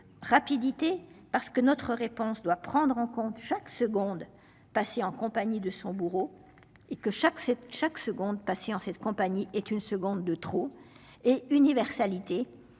rapidité parce que notre réponse doit prendre en compte chaque seconde passée en compagnie de son bourreau. Et que chaque set chaque seconde patients cette compagnie est une seconde de trop et universalité